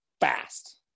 fast